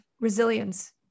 resilience